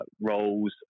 roles